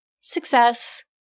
success